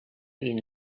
been